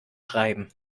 schreiben